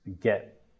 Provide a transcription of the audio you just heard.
get